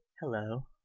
Hello